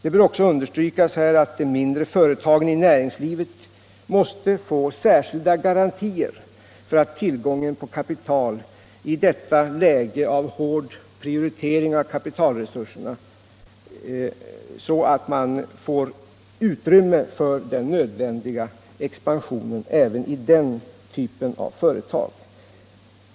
Det bör också understrykas att de mindre företagen i näringslivet måste få särskilda garantier för tillgången till kapital i detta läge av hård prioritering av kapitalresurserna, så att man får utrymme för den nödvändiga expansionen även i den typen av företag.